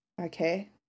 Okay